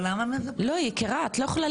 לא מתייחסים